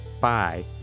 bye